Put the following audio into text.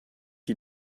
you